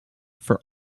for